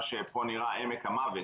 מה פה נקרא "עמק המוות",